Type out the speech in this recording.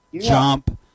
jump